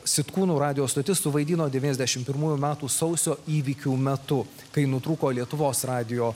sitkūnų radijo stotis suvaidino devyniasdešimt pirmųjų metų sausio įvykių metu kai nutrūko lietuvos radijo